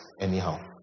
anyhow